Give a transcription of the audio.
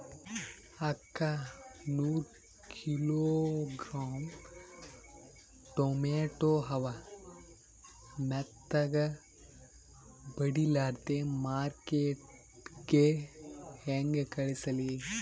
ಅಕ್ಕಾ ನೂರ kilogram tomato ಅವ, ಮೆತ್ತಗಬಡಿಲಾರ್ದೆ ಮಾರ್ಕಿಟಗೆ ಹೆಂಗ ಕಳಸಲಿ?